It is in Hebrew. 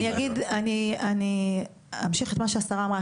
אני אמשיך את מה שהשרה אמרה,